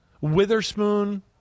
Witherspoon